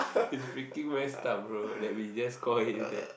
is freaking messed up bro that we just call him that